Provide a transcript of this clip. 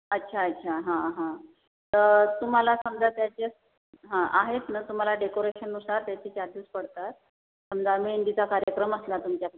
अच्छा अच्छा हां हां तर तुम्हाला समजा त्याच्यात हं आहेत ना तुम्हाला डेकोरेशननुसार त्याचे चार्जेस पडतात समजा मेहंदीचा कार्यक्रम असला तुमच्याकडे